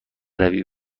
روی